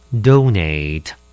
donate